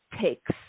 takes